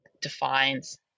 defines